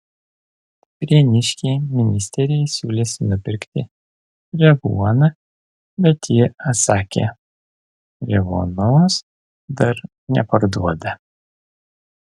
prieniškiai ministerijai siūlėsi nupirkti revuoną bet ji atsakė revuonos dar neparduoda